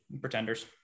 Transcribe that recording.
Pretenders